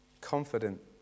confident